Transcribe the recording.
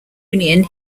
union